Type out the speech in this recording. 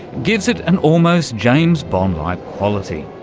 gives it an almost james bond like quality,